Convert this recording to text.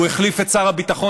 הוא החליף את שר הביטחון,